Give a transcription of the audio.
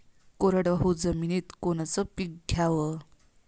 कोरडवाहू जमिनीत कोनचं पीक घ्याव?